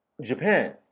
Japan